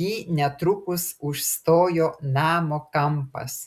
jį netrukus užstojo namo kampas